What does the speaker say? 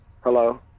Hello